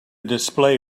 display